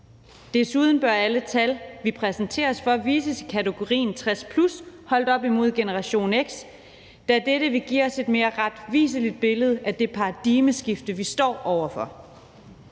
Desuden bør alle tal, vi præsenteres for, vises i kategorien 60+ holdt op imod generation X, da dette vil give os et mere retvisende billede af det paradigmeskifte, vi står over for.